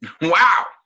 Wow